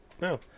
No